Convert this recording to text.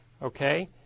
Okay